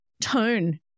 tone